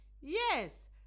Yes